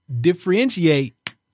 differentiate